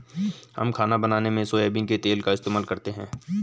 हम खाना बनाने में सोयाबीन के तेल का इस्तेमाल करते हैं